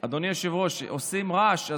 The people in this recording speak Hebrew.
אדוני היושב-ראש, עושים רעש.